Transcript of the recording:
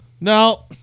No